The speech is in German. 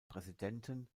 präsidenten